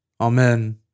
Amen